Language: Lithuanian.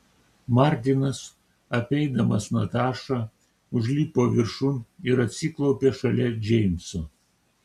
martinas apeidamas natašą užlipo viršun ir atsiklaupė šalia džeimso